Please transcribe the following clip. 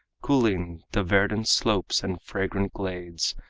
cooling the verdant slopes and fragrant glades,